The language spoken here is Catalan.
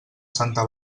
santa